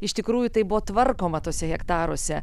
iš tikrųjų tai buvo tvarkoma tuose hektaruose